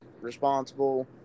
responsible